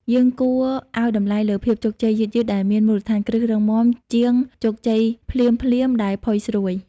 យើងគួរឱ្យតម្លៃលើ "ជោគជ័យយឺតៗ" ដែលមានមូលដ្ឋានគ្រឹះរឹងមាំ ជាង "ជោគជ័យភ្លាមៗ" ដែលផុយស្រួយ។